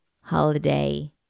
holiday